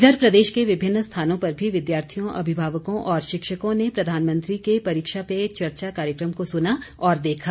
इधर प्रदेश के विभिन्न स्थानों पर भी विद्यार्थियों अभिभावकों और शिक्षकों ने प्रधानमंत्री के परीक्षा पे चर्चा कार्यक्रम को सुना और देखा